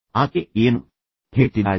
ಆಕೆ ಏನು ಹೇಳುತ್ತಿದ್ದಾಳೆ